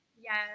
Yes